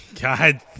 God